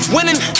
Winning